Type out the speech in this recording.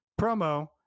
promo